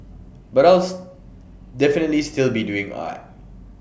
but definitely still be doing art